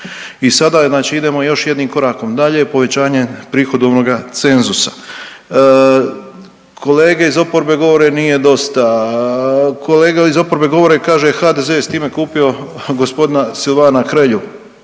znači idemo još jednim korakom dalje, povećanje prihodovnoga cenzusa. Kolege iz oporbe govore nije dosta, kolege iz oporbe govore, kaže HDZ je s time kupio g. Silvana Hrelju,